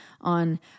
on